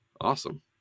Awesome